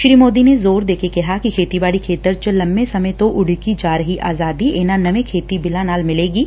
ਪੁਧਾਨ ਮੰਤਰੀ ਨੇ ਜ਼ੋਰ ਦੇ ਕੇ ਕਿਹਾ ਕਿ ਖੇਤੀਬਾੜੀ ਖੇਤਰ ਚ ਲੰਬੇ ਸਮੇਂ ਤੋਂ ਉਡੀਕੀ ਜਾ ਰਹੀ ਆਜ਼ਾਦੀ ਇਨਾਂ ਨਵੇਂ ਖੇਤੀ ਬਿੱਲਾਂ ਨਾਲ ਮਿਲੇਗੀ